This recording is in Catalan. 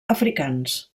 africans